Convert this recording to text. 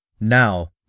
Now